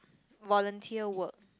volunteer work